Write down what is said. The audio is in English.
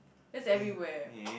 that's everywhere